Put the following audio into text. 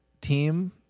team